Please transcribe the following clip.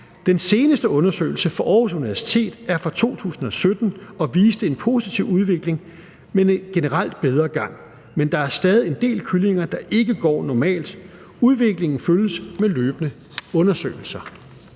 Den seneste undersøgelse fra Aarhus Universitet er fra 2017 og viste en positiv udvikling med en generelt bedre gang, men der er stadig en del kyllinger, der ikke går normalt. Udviklingen følges med løbende undersøgelser.